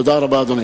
תודה רבה, אדוני.